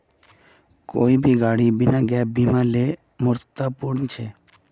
कोई भी गाड़ी बिना गैप बीमार लेना मूर्खतापूर्ण छेक